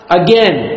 again